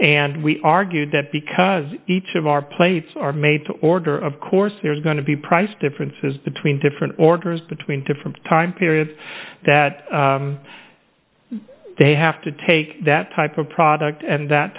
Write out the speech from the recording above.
and we argued that because each of our plates are made to order of course there's going to be price differences between different orders between different time periods that they have to take that type of product and that